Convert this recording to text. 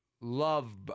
love